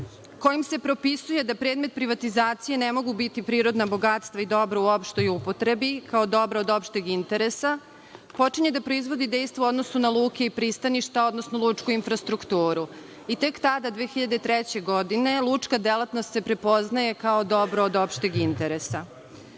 kojim se propisuje da predmet privatizacije ne mogu biti prirodna bogatstva i dobra u opštoj upotrebi kao dobra od opšteg interesa, počinje da proizvodi dejstvo u odnosu na luke i pristaništa, odnosno lučku infrastrukturu. Tek tada, 2003. godine, lučka delatnost se prepoznaje kao državno dobro od opšteg interesa. Uredba